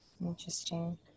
Interesting